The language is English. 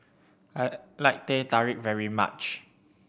I like Teh Tarik very much